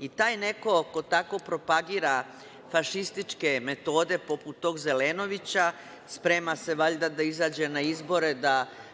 I taj neko ko tako propagira fašističke metode poput tog Zelenovića, sprema se valjda da izađe na izbore da